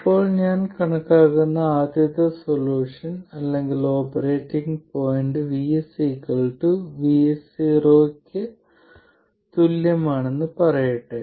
ഇപ്പോൾ ഞാൻ കണക്കാക്കുന്ന ആദ്യത്തെ സൊല്യൂഷൻ അല്ലെങ്കിൽ ഓപ്പറേറ്റിംഗ് പോയിന്റ് VS VS0 ക്ക് ആണെന്ന് പറയട്ടെ